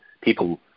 People